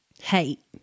hate